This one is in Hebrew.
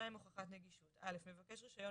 הוכחת נגישות 2. (א) מבקש רישיון,